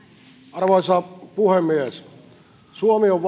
arvoisa puhemies suomi on